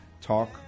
Talk